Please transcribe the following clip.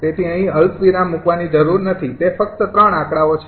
તેથી અહીં અલ્પવિરામ મૂકવાની જરૂર નથી તે ફક્ત 3 આંકડાઓ છે